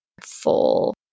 full